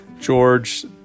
George